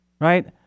right